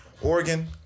Oregon